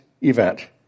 event